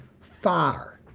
fire